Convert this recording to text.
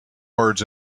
words